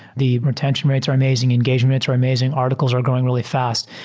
the retention rates are amazing, engagements are amazing, articles are growing really fast.